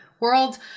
world